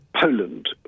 Poland